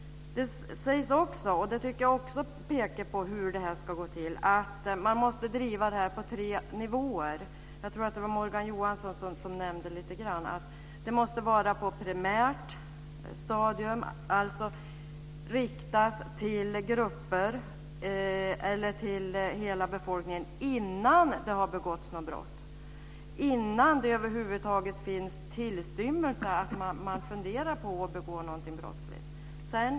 Det här arbetet måste drivas på tre nivåer. Morgan Johansson nämnde att insatserna primärt måste sättas in med inriktning på hela befolkningen innan brott har begåtts, innan man över huvud taget funderar på att begå något brottsligt.